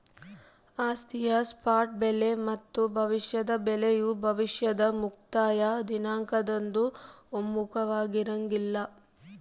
ಆಸ್ತಿಯ ಸ್ಪಾಟ್ ಬೆಲೆ ಮತ್ತು ಭವಿಷ್ಯದ ಬೆಲೆಯು ಭವಿಷ್ಯದ ಮುಕ್ತಾಯ ದಿನಾಂಕದಂದು ಒಮ್ಮುಖವಾಗಿರಂಗಿಲ್ಲ